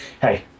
Hey